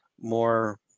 more